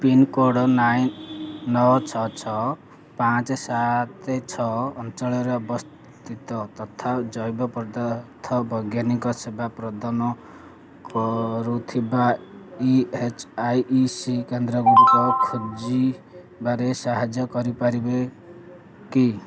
pincode ନଅ ଛଅ ଛଅ ପାଞ୍ଚ ସାତ ଛଅ ଅଞ୍ଚଳରେ ଅବସ୍ଥିତ ତଥା ଜୈବପଦାର୍ଥ ବୈଜ୍ଞାନିକ ସେବା ପ୍ରଦାନ କରୁଥିବା ଇ ଏଚ୍ ଆଇ ସି କେନ୍ଦ୍ର ଗୁଡ଼ିକ ଖୋଜିବାରେ ସାହାଯ୍ୟ କରିପାରିବ କି